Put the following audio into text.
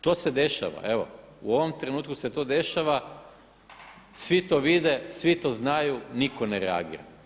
To se dešava, evo u ovom trenutku se to dešava, svi to vide, svi to znaju, nitko ne reagira.